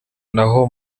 naho